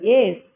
Yes